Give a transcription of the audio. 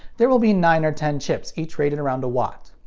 there will be nine or ten chips, each rated around a watt.